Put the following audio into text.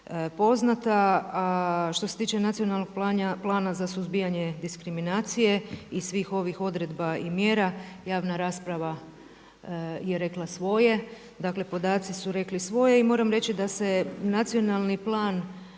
poznata. Što se tiče Nacionalnog plana za suzbijanje diskriminacije i svih ovih odredba i mjera, javna rasprava je rekla svoje, dakle podaci su rekli svoje i moram reći da se nacionalni plan